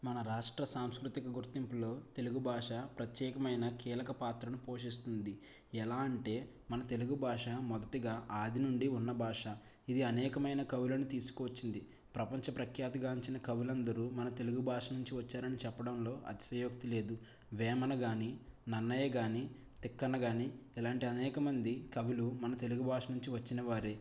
మన రాష్ట్ర సాంస్కృతిక గుర్తింపులో తెలుగు భాష ప్రత్యేకమైన కీలకపాత్రను పోషిస్తుంది ఎలా అంటే మన తెలుగు భాష మొదటగా ఆది నుండి ఉన్న భాష ఇది అనేకమైన కవులను తీసుకువచ్చింది ప్రపంచ ప్రఖ్యాతిగాంచిన కవులందరూ మన తెలుగు భాష నుంచి వచ్చారని చెప్పడంలో అతిశయోక్తి లేదు వేమన కాని నన్నయ కాని తిక్కన కాని ఇలాంటి అనేకమంది కవులు మన తెలుగు భాష నుంచి వచ్చినవారే